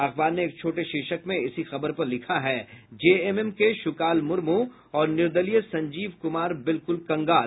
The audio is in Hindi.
अखबार ने एक छोटे शीर्षक में इसी खबर पर लिखा है जेएमएम के शुकाल मुर्मू और निर्दलीय संजीव कुमार बिल्कुल कंगाल